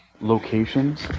locations